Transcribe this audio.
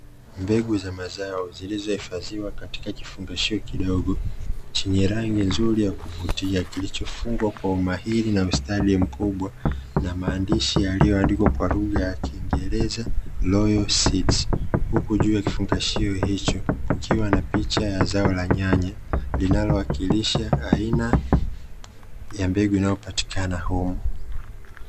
Mbegu za mazao zilizohifadhiwa katika kifungashio kidogo, chenye rangi nzuri ya kuvutia kilichofungwa kwa umahiri na ustadi mkubwa na maandishi yaliyoandikwa kwa lugha ya kiingereza "Loyal Seeds", huku juu ya kifungashio hicho kukiwa na picha ya zao la nyanya, linalowakilisha aina ya mbegu inayopatikana humo.